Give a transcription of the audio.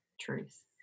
truth